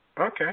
Okay